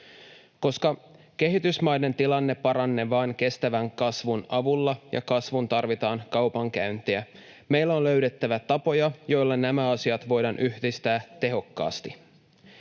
Koska kehitysmaiden tilanne paranee vain kestävän kasvun avulla ja kasvuun tarvitaan kaupankäyntiä, meidän on löydettävä tapoja, joilla nämä asiat voidaan yhdistää tehokkaasti.